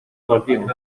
partimos